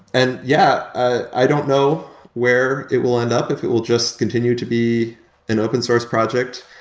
and yeah, i don't know where it will end up if it will just continue to be an open source project.